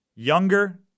Younger